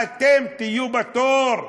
אתם תהיו בתור.